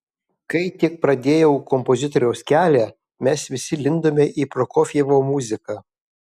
kai tik pradėjau kompozitoriaus kelią mes visi lindome į prokofjevo muziką